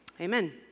Amen